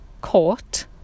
caught